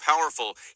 powerful